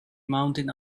mounted